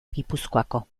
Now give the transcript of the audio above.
gipuzkoako